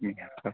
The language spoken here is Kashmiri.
پَتہٕ